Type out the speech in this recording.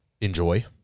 enjoy